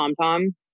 TomTom